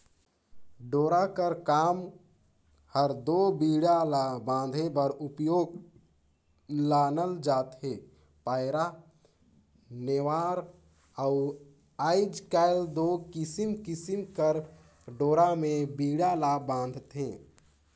डोरा कर काम हर दो बीड़ा ला बांधे बर उपियोग मे लानल जाथे पैरा, नेवार अउ आएज काएल दो किसिम किसिम कर डोरा मे बीड़ा ल बांधथे